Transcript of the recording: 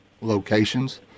locations